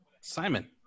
Simon